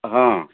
ହଁ